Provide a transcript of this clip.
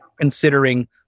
considering